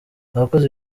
abakoze